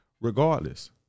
Regardless